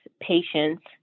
patients